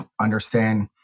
understand